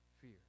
fear